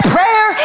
Prayer